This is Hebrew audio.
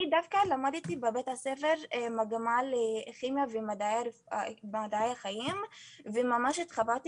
דווקא למדתי בבית הספר מגמה לכימיה ומדעי החיים וממש התחברתי